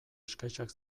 exkaxak